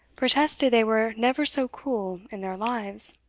protested they were never so cool in their lives.